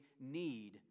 need